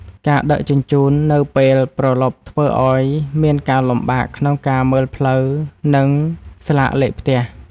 ការដឹកជញ្ជូននៅពេលព្រលប់ធ្វើឱ្យមានការលំបាកក្នុងការមើលផ្លូវ និងស្លាកលេខផ្ទះ។